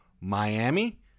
Miami